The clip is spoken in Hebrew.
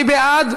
מי בעד?